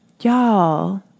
Y'all